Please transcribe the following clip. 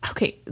Okay